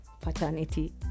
paternity